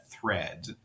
thread